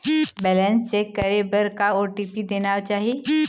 Balance check करे बर का ओ.टी.पी देना चाही?